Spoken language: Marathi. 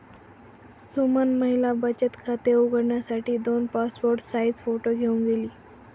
सुमन महिला बचत खाते उघडण्यासाठी दोन पासपोर्ट साइज फोटो घेऊन गेली